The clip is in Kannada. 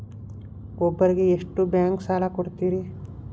ಒಬ್ಬರಿಗೆ ಎಷ್ಟು ಬ್ಯಾಂಕ್ ಸಾಲ ಕೊಡ್ತಾರೆ?